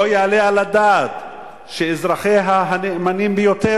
לא יעלה על הדעת שאזרחיה הנאמנים ביותר